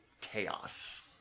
chaos